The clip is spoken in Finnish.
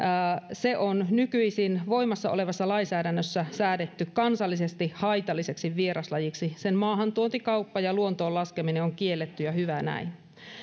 on nykyisin voimassa olevassa lainsäädännössä säädetty kansallisesti haitalliseksi vieraslajiksi sen maahantuonti kauppa ja luontoon laskeminen on kielletty ja hyvä näin